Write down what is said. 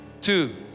Two